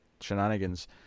shenanigans